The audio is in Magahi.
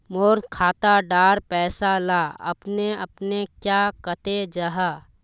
मोर खाता डार पैसा ला अपने अपने क्याँ कते जहा?